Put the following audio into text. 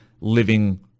living